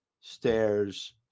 Stairs